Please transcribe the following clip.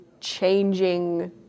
changing